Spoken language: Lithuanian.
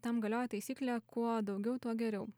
tam galioja taisyklė kuo daugiau tuo geriau